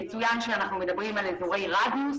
יצוין שאנחנו מדברים על אזורי רדיוס,